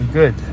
good